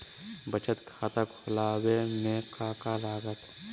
बचत खाता खुला बे में का का लागत?